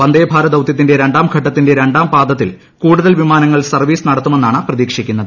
വന്ദേഭാരത് ദൌത്യത്തിന്റെ രണ്ടാം ഘട്ടത്തിന്റെ രണ്ടാം പാദത്തിൽ കൂടുതൽ വിമാനങ്ങൾ സർവ്വീസ് നടത്തുമെന്നാണ് പ്രതീക്ഷിക്കുന്നത്